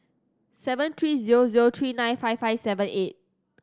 seven three zero zero three nine five five seven eight